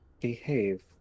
behave